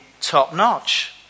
top-notch